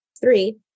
Three